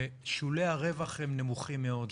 ששולי הרווח הם נמוכים מאוד,